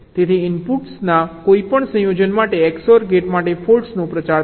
તેથી ઇનપુટ્સના કોઈપણ સંયોજન માટે XOR ગેટ માટે ફોલ્ટનો પ્રચાર થશે